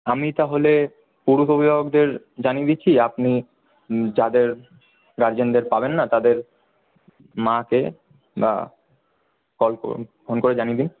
আমি তাহলে পুরুষ অভিভাবকদের জানিয়ে দিচ্ছি আপনি যাদের গার্জেনদের পাবেন না তাদের মাকে বা কল করুন বা ফোন করে জানিয়ে দিন